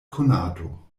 konato